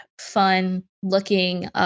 fun-looking